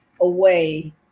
away